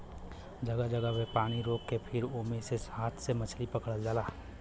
जगह जगह पे पानी रोक के फिर ओमे से हाथ से मछरी पकड़ल जाला